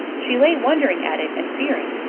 she lay wondering at it and fearing.